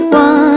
one